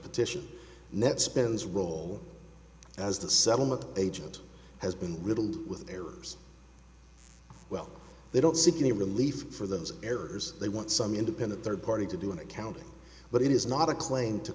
petition net spends role as the settlement agent has been riddled with errors well they don't sit in a relief for those errors they want some independent third party to do an accounting but it is not a claim to